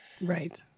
Right